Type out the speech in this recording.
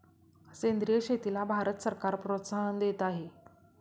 सेंद्रिय शेतीला भारत सरकार प्रोत्साहन देत आहे